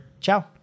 Ciao